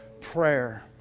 prayer